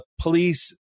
police